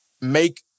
make